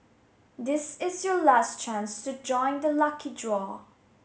this is your last chance to join the lucky draw